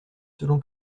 selon